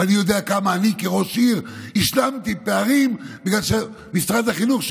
ואני יודע כמה אני כראש עיר השלמתי פערים בגלל שמשרד החינוך,